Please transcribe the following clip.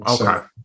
okay